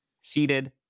seated